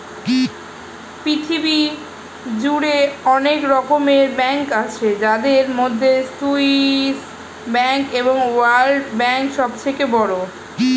পৃথিবী জুড়ে অনেক রকমের ব্যাঙ্ক আছে যাদের মধ্যে সুইস ব্যাঙ্ক এবং ওয়ার্ল্ড ব্যাঙ্ক সবচেয়ে বড়